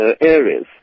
areas